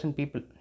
people